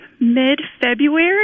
mid-February